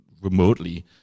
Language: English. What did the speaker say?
remotely